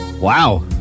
Wow